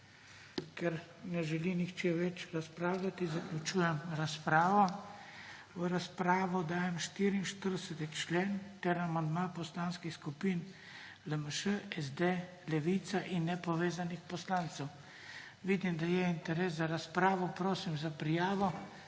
Ker ne želi nihče več razpravljati, zaključujem razpravo. V razpravo dajem 44. člen ter amandma poslanskih skupin LMŠ, SD, Levica in nepovezanih poslancev. Vidim, da je interes za razpravo. Prosim za prijavo.